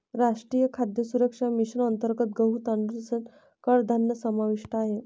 राष्ट्रीय खाद्य सुरक्षा मिशन अंतर्गत गहू, तांदूळ तसेच कडधान्य समाविष्ट आहे